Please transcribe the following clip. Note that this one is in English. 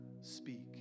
speak